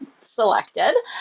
selected